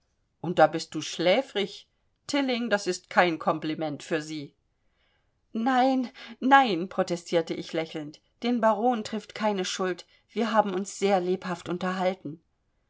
und da bist du schläfrig tilling das ist kein kompliment für sie nein nein protestierte ich lächelnd den baron trifft keine schuld wir haben uns sehr lebhaft unterhalten